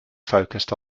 focused